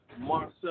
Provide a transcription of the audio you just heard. Marcel